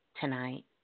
tonight